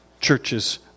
churches